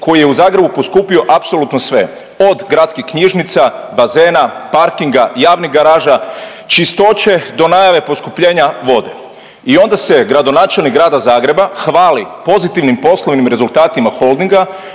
koji je u Zagrebu poskupio apsolutno sve. Od gradskih knjižnica, bazena, parkinga, javnih garaža, čistoće do najave poskupljenja vode. I onda se gradonačelnik Grada Zagreba hvali pozitivnim poslovnim rezultatima Holdinga